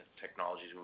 technologies